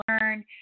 learn